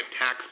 tax